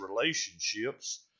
relationships